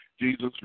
Jesus